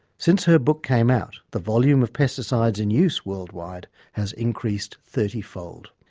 since her book came out, the volume of pesticides in use worldwide has increased thirty fold.